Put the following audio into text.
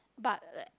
but